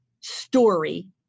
story